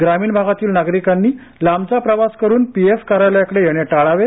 ग्रामीण भागातील नागरिकांनी लांबचा प्रवास करून पीएफ कार्यालयाकडे येणे टाळावे